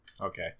Okay